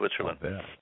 switzerland